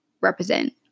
represent